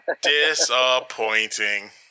Disappointing